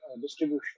distribution